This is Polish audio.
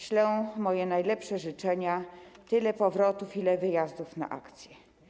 Ślę moje najlepsze życzenia tylu powrotów, ile wyjazdów na akcje.